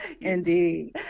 Indeed